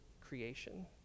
creation